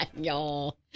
y'all